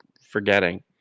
forgetting